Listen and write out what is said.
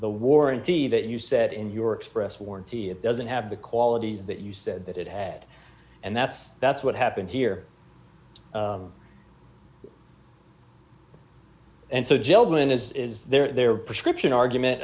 the warranty that you set in your express warranty it doesn't have the qualities that you said that it had and that's that's what happened here and so jel when as is their prescription argument